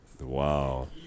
Wow